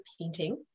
painting